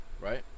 Right